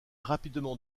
rapidement